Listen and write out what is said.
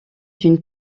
d’une